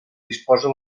disposa